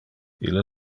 ille